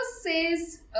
says